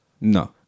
No